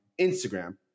Instagram